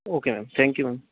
okay ma'am thank you ma'am